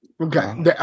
Okay